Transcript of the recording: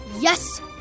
Yes